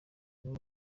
nibo